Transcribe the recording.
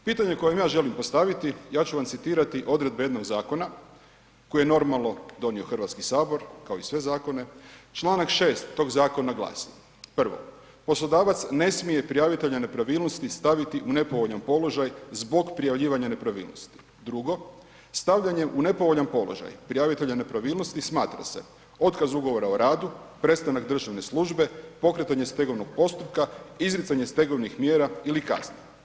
Pitanje koje ja želim postaviti, ja ću vam citirati odredbe jednog zakona koje je normalno donio HS, kao i sve zakone, čl. 6. tog zakona glasi, prvo poslodavac ne smije prijavitelja nepravilnosti staviti u nepovoljan položaj zbog prijavljivanja nepravilnosti, drugo, stavljanjem u nepovoljan položaj prijavitelja nepravilnosti smatra se otkaz Ugovora o radu, prestanak državne službe, pokretanje stegovnog postupka, izricanje stegovnih mjera ili kazni.